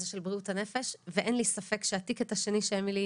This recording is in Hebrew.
של בריאות הנפש ואין לי ספק שהטיקט השני שאמילי